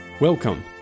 Welcome